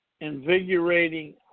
invigorating